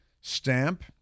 stamp